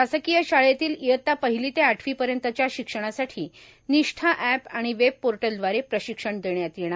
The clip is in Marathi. शासकीय शाळेतील इयत्ता पहिली ते आठवी पर्यंतच्या शिक्षणासाठी निष्ठा अॅप आणि वेब पोर्टलव्दारे प्रशिक्षण देण्यात येणार